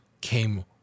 came